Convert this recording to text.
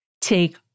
Take